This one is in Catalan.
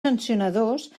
sancionadors